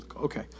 Okay